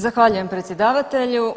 Zahvaljujem predsjedavatelju.